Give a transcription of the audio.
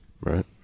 right